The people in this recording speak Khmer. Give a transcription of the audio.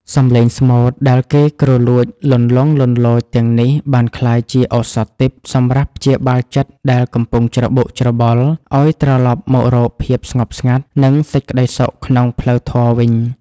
សម្លេងស្មូតដែលគ្រលួចលន្លង់លន្លោចទាំងនេះ បានក្លាយជាឱសថទិព្វសម្រាប់ព្យាបាលចិត្តដែលកំពុងច្របូកច្របល់ ឱ្យត្រឡប់មករកភាពស្ងប់ស្ងាត់ និងសេចក្តីសុខក្នុងផ្លូវធម៌វិញ។